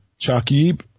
Chakib